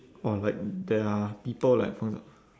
or like there are people like for exa~